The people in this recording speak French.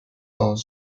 dans